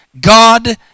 God